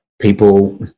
people